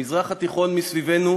המזרח התיכון מסביבנו